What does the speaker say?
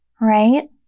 Right